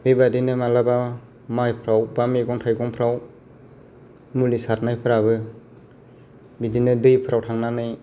बेबादिनो माइफ्राव बा मैगं थायगंफ्राव मुलि सारनायफोराबो बिदिनो दैफ्राव थांनानै